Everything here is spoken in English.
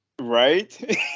Right